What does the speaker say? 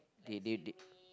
they they they